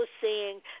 seeing